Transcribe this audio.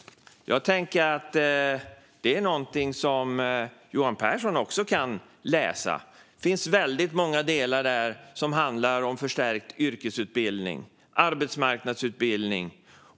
Jag tänker att det är någonting som också Johan Pehrson kan läsa. Det finns väldigt många delar i rapporten som handlar om en förstärkt yrkesutbildning och om arbetsmarknadsutbildning.